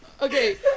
Okay